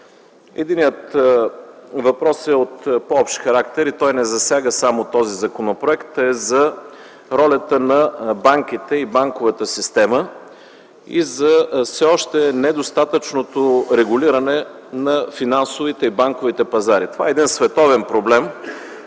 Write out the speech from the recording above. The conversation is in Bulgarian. Единият въпрос е от по-общ характер. Той не засяга само този законопроект, а е за ролята на банките и банковата система и за все още недостатъчното регулиране на финансовите и банковите пазари. Това е световен проблем,